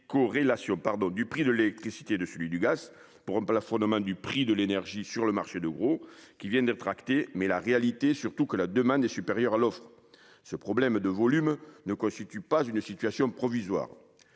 décorrélation du prix de l'électricité de celui du gaz, pour un plafonnement du prix de l'énergie sur le marché de gros, qui vient d'être acté, mais la réalité est surtout que la demande est supérieure à l'offre. Ce problème de volume ne constitue pas une situation provisoire.